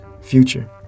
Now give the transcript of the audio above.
future